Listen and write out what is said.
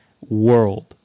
world